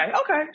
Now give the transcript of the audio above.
okay